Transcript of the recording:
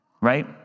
right